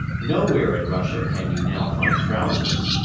nowhere in russia can you now find trousers.